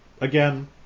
again